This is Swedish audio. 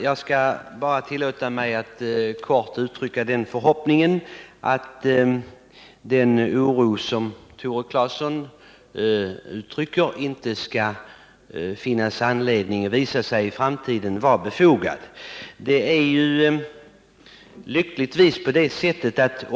Herr talman! Jag tillåter mig helt kort uttrycka den förhoppningen att den oro som Tore Claeson hyser inte skall vara befogad i framtiden.